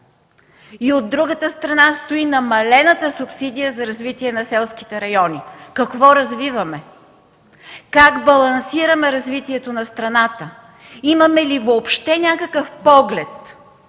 но от другата страна стои намалената субсидия за развитие на селските райони. Какво развиваме, как балансираме развитието на страната?! Имаме ли въобще някакъв поглед?!